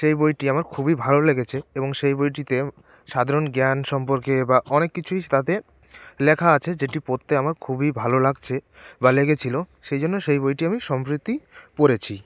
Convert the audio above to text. সেই বইটি আমার খুবই ভালো লেগেছে এবং সেই বইটিতে সাধারণ জ্ঞান সম্পর্কে বা অনেক কিছুই তাতে লেখা আছে যেটি পরতে আমার খুবই ভালো লাগছে বা লেগেছিলো সেই জন্য সেই বইটি আমি সম্প্রতি পড়েছি